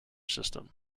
system